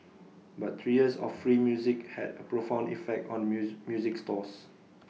but three years of free music had A profound effect on muse music stores